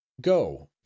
Go